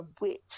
wit